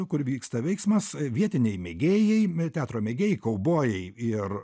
kur vyksta veiksmas vietiniai mėgėjai teatro mėgėjai kaubojai ir